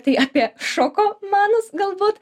tai apie šokomanus galbūt